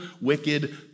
wicked